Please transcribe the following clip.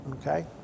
Okay